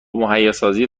مهیاسازی